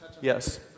Yes